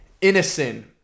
Innocent